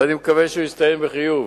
ואני מקווה שהוא יסתיים בחיוב,